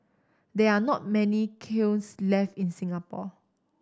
there are not many kilns left in Singapore